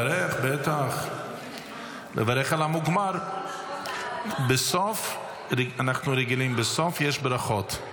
חברי הכנסת, נעבור לנושא הבא על